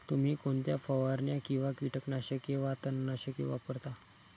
तुम्ही कोणत्या फवारण्या किंवा कीटकनाशके वा तणनाशके वापरता?